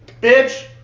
Bitch